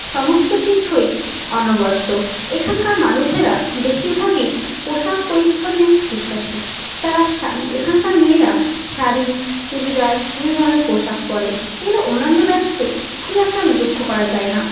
সমস্ত কিছুই অনবদ্য এখানকার মানুষেরা বেশিরভাগই পোশাক পরিচ্ছদে বিশ্বাসী তারা শা এখানকার মেয়েরা শাড়ি চুড়িদার বিভিন্ন ধরনের পোশাক পরে যেগুলো অন্যান্য রাজ্যে খুব একটা লক্ষ্য করা যায় না